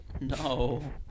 No